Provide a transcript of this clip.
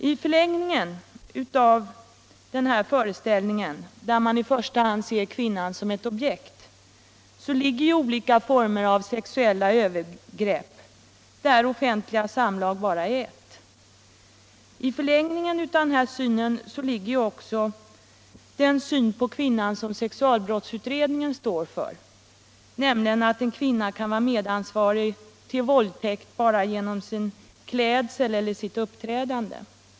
I förlängningen av denna föreställning, där man i första hand ser kvinnan som ett objekt, ligger ju olika former för sexuclla övergrepp där offentliga samlag bara är ett. I förlängningen ligger ju också den syn på kvinnan som sexualbrottsutredningen står för, nämligen att en kvinna kan vara medansvarig vid våldtäkt bara genom sin klädsel eller sitt uppträdande.